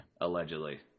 Allegedly